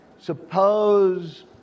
Suppose